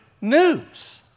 news